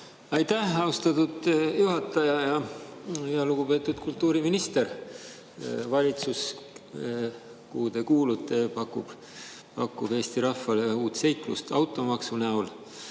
Aitäh, austatud juhataja! Lugupeetud kultuuriminister! Valitsus, kuhu te kuulute, pakub Eesti rahvale uut seiklust automaksu näol.